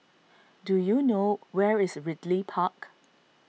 do you know where is Ridley Park